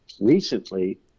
recently